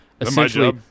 essentially